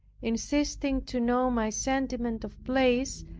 insisting to know my sentiment of plays,